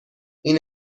این